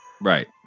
Right